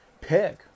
pick